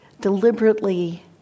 deliberately